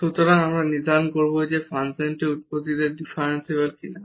সুতরাং আমরা নির্ধারণ করব যে ফাংশনটি উৎপত্তিতে ডিফারেনশিবল কিনা